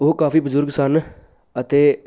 ਉਹ ਕਾਫੀ ਬਜ਼ੁਰਗ ਸਨ ਅਤੇ